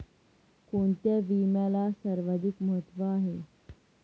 कोणता विम्याला सर्वाधिक महत्व आहे?